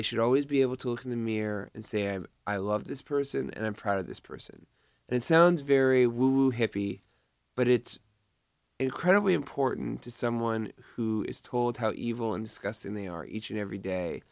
they should always be able to look in the mirror and say i am i love this person and i'm proud of this person and it sounds very happy but it's incredibly important to someone who is told how evil in discussing they are each and every day